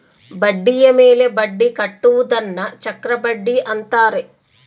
ಬಡ್ಡಿಯ ಮೇಲೆ ಬಡ್ಡಿ ಕಟ್ಟುವುದನ್ನ ಚಕ್ರಬಡ್ಡಿ ಅಂತಾರೆ